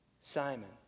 Simon